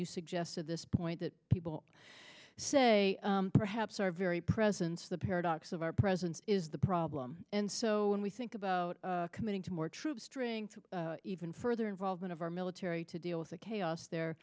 you suggested this point that people say perhaps our very presence the paradox of our presence is the problem and so when we think about committing to more troops training even further involvement of our military to deal with the chaos